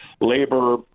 labor